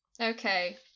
Okay